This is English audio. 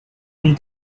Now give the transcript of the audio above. and